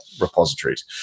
repositories